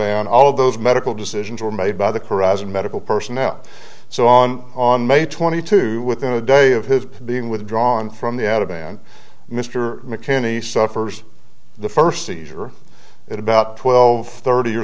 on all those medical decisions were made by the corrosion medical personnel so on on may twenty two within a day of his being withdrawn from the outer band mr mckinney saw first the first seizure at about twelve thirty or